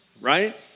right